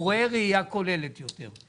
הוא רואה ראייה כוללת יותר.